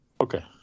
Okay